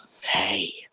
Hey